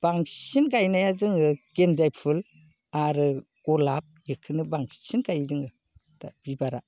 बांसिन गायनाया जोङो गेनजाय फुल आरो गलाब बेखौनो बांसिन गाइयो जोङो दा बिबारा